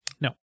No